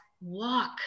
walk